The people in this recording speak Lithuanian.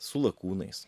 su lakūnais